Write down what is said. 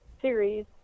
series